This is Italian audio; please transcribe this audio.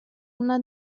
una